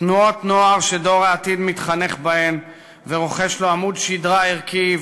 תנועות-נוער שדור העתיד מתחנך בהן ורוכש לו עמוד שדרה ערכי,